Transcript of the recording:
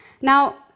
Now